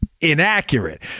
inaccurate